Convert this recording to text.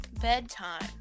bedtime